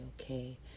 okay